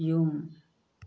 ꯌꯨꯝ